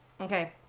Okay